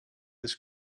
his